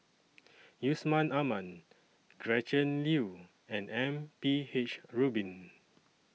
Yusman Aman Gretchen Liu and M P H Rubin